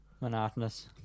Monotonous